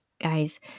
guys